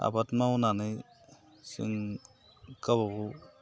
आबाद मावनानै जों गावबा गाव